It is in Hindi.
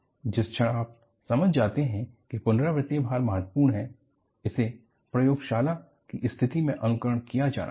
जिस क्षण आप समझ जाते हैं कि पुनरावृत्तिक भार महत्वपूर्ण है इसे प्रयोगशाला की स्थिति में अनुकरण किया जाना चाहिए